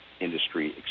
industry